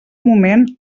moment